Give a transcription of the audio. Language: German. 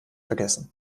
vergessen